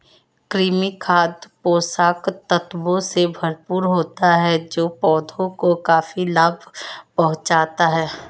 कृमि खाद पोषक तत्वों से भरपूर होता है जो पौधों को काफी लाभ पहुँचाता है